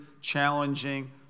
challenging